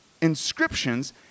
inscriptions